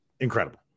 incredible